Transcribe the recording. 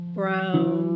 brown